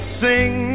sing